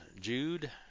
Jude